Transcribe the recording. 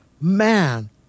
man